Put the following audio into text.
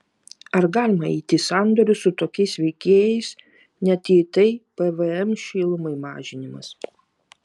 ar galima eiti į sandorius su tokiais veikėjais net jei tai pvm šilumai mažinimas